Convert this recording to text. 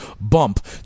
bump